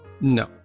No